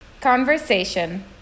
Conversation